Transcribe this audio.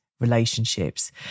relationships